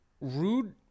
Rude